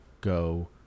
go